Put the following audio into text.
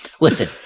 Listen